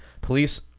Police